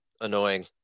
annoying